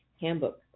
Handbook